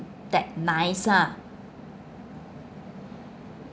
that nice lah